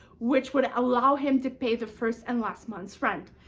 which would allow him to pay the first and last month's rent.